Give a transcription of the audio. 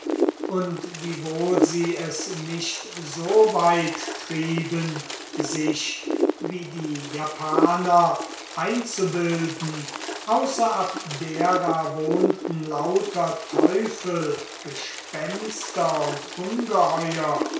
und wiewohl sie es nicht so weit trieben sich wie die japaner einzubilden außer abdera wohnten lauter teufel gespenster und ungeheuer